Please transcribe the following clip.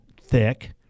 thick